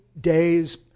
days